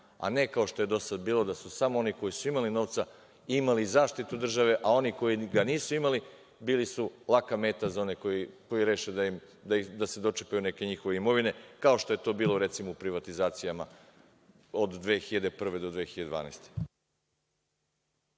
a ne kao što je do sada bilo da su samo oni koji su imali novca imali zaštitu države, a oni koji ga nisu imali bili su laka meta za one koji reše da se dočepaju neke njihove imovine, kao što je to bilo u privatizacijama od 2001. do 1012.